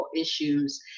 issues